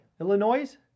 Illinois